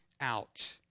out